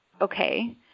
okay